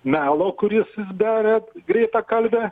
melo kur jis beria greitakalbe